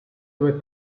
due